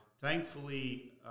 thankfully